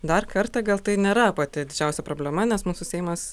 dar kartą gal tai nėra pati didžiausia problema nes mūsų seimas